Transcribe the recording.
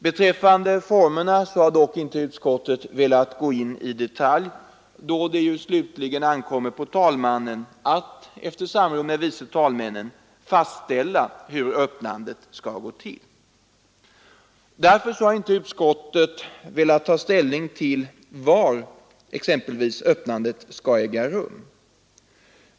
Beträffande formerna har dock inte utskottet velat gå in i detalj, då det slutligen ankommer på talmannen att, efter samråd med vice talmännen, fastställa hur öppnandet skall gå till. Därför har utskottet inte tagit ställning till exempelvis var öppnandet skall äga rum.